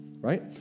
right